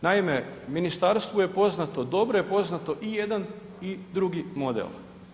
Naime, ministarstvu je poznato, dobro je poznato i jedan i drugi model.